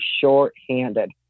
shorthanded